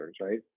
right